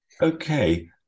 Okay